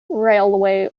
railway